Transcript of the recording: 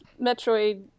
Metroid